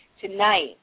Tonight